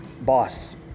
boss